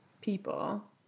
people